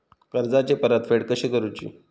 कर्जाची परतफेड कशी करुची?